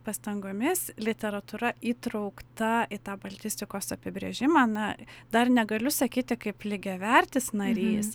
pastangomis literatūra įtraukta į tą baltistikos apibrėžimą na dar negaliu sakyti kaip lygiavertis